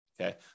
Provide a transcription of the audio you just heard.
Okay